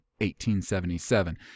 1877